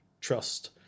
trust